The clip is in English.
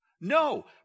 No